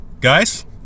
Guys